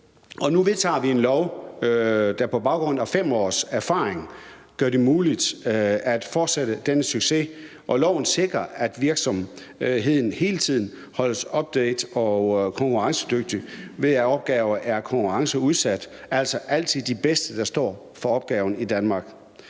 Nu vedtager vi et lovforslag, der på baggrund af 5 års erfaring gør det muligt at fortsætte denne succes, og lovforslaget sikrer, at virksomheden hele tiden holdes opdateret og konkurrencedygtig ved, at opgaverne bliver konkurrenceudsat, så det altid er de bedste, der står for at udføre dem i Danmark.